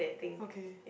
okay